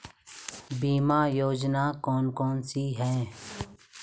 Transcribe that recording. बीमा योजना कौन कौनसी हैं?